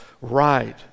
right